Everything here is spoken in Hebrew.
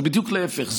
זה בדיוק להפך.